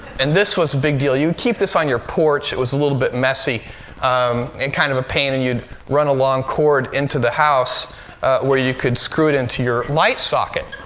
and this was a big deal. you'd keep this on your porch. it was a little bit messy um and kind of a pain. and you'd run a long cord into the house where you could screw it into your light socket.